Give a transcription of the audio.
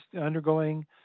undergoing